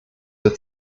der